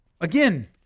Again